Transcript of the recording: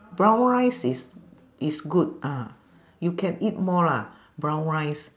brown rice is is good ah you can eat more lah brown rice